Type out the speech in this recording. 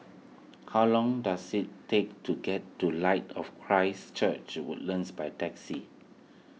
how long does it take to get to Light of Christ Church Woodlands by taxi